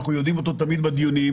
אנחנו יודעים אותו תמיד בדיונים,